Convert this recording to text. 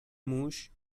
موش